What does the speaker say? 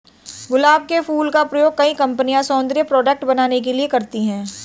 गुलाब के फूल का प्रयोग कई कंपनिया सौन्दर्य प्रोडेक्ट बनाने के लिए करती है